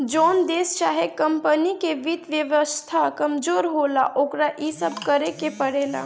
जोन देश चाहे कमपनी के वित्त व्यवस्था कमजोर होला, ओकरा इ सब करेके पड़ेला